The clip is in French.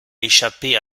échapper